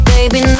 Baby